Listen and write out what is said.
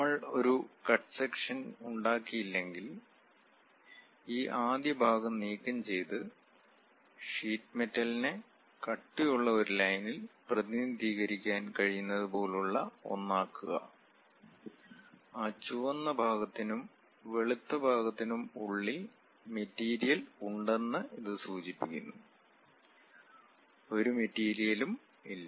നമ്മൾ ഒരു cut section ഉണ്ടാക്കിയില്ലെങ്കിൽ ഈ ആദ്യ ഭാഗം നീക്കംചെയ്ത് ഷീറ്റ് മെറ്റലിനെ കട്ടിയുള്ള ഒരു ലൈനിൽ പ്രതിനിധീകരിക്കാൻ കഴിയുന്നതുപോലുള്ള ഒന്ന് ആക്കുക ആ ചുവന്ന ഭാഗത്തിനും വെളുത്ത ഭാഗത്തിനും ഉള്ളിൽ മെറ്റീരിയൽ ഉണ്ടോയെന്ന് ഇത് സൂചിപ്പിക്കുന്നു ഒരു മെറ്റീരിയലും ഇല്ല